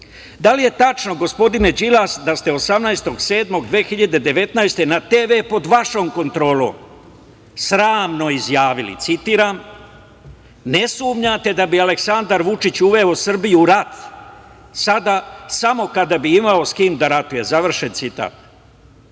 li je tačno, gospodine Đilas, da ste 18.7.2019. godine na TV pod vašom kontrolom sramno izjavili: „Ne sumnjate da bi Aleksandar Vučić uveo Srbiju u rat sada samo kada bi imao s kim da ratuje“? Da li ste